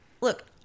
look